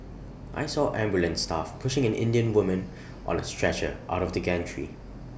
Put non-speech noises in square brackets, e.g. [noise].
I saw ambulance staff pushing an Indian woman [noise] on A stretcher out of the gantry